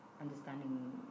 understanding